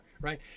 right